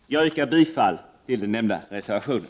Jag yrkar bifall till nämnda reservation.